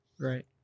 Right